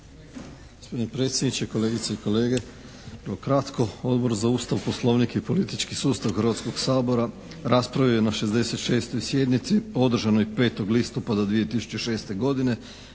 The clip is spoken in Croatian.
Gospodine predsjedniče, kolegice i kolege. Vrlo kratko, Odbor za Ustav, Poslovnik i politički sustav Hrvatskog sabora raspravio je na 66. sjednici održanoj 5. listopada 2006. godine